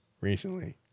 recently